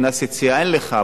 קנס יציאה אין לך,